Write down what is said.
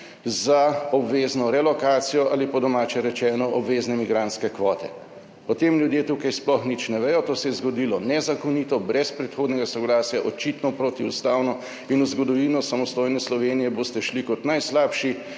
za obvezno relokacijo ali, po domače rečeno, obvezne migrantske kvote. O tem ljudje tukaj sploh nič ne vedo. To se je zgodilo nezakonito, brez predhodnega soglasja, očitno protiustavno in v zgodovino samostojne Slovenije boste šli kot najslabši